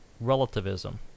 relativism